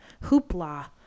hoopla